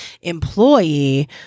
employee